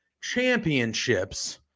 championships